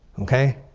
okay?